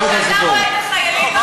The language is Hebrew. כזה סנקציות, תודה רבה.